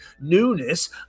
newness